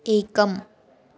एकम्